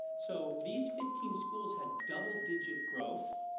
so these fifteen schools had double digit growth,